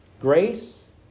grace